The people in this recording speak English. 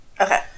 Okay